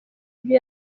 ibyo